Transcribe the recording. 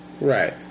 Right